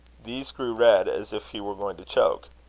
these grew red, as if he were going to choke.